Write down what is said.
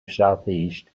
southeast